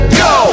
go